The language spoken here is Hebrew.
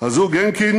הזוג הנקין